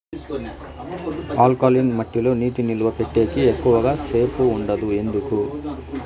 alkaline మట్టి లో నీటి నిలువ పెట్టేకి ఎక్కువగా సేపు ఉండదు ఎందుకు